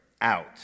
out